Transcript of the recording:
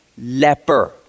leper